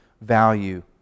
value